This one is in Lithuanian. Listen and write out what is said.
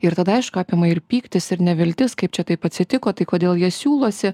ir tada aišku apima ir pyktis ir neviltis kaip čia taip atsitiko tai kodėl jie siūlosi